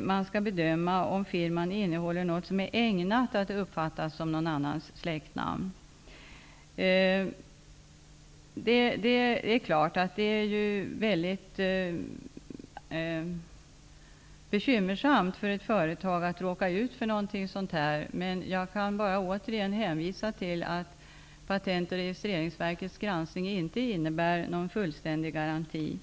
man skall bedöma om firman innehåller något som är ägnat att uppfattas som någon annans släktnamn. Det är naturligtvis mycket bekymmersamt för ett företag att råka ut för någonting sådant här. Jag kan bara återigen hänvisa till att Patent och registreringsverkets granskning inte innebär någon fullständig garanti.